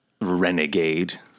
Renegade